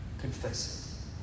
Confess